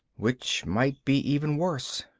which might be even worse.